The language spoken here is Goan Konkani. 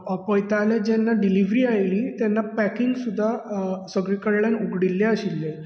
पळताना जेन्ना डिलिवरी आयली तेन्ना पॅकींग सुद्दां सगळे कडल्यान उगडिल्ले आशिल्ले